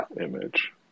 image